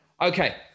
Okay